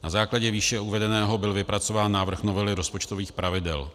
Na základě výše uvedeného byl vypracován návrh novely rozpočtových pravidel.